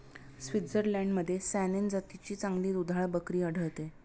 स्वित्झर्लंडमध्ये सॅनेन जातीची चांगली दुधाळ बकरी आढळते